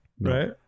Right